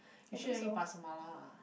you sure you want eat pasar-malam ah